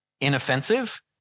inoffensive